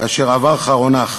כאשר עבר חרונך.